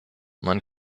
man